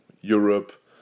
Europe